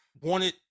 wanted